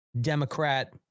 Democrat